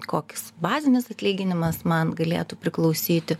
koks bazinis atlyginimas man galėtų priklausyti